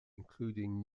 including